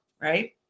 right